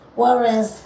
whereas